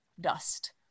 dust